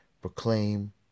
Proclaim